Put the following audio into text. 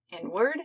inward